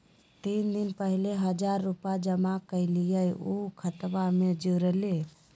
तीन दिन पहले हजार रूपा जमा कैलिये, ऊ खतबा में जुरले?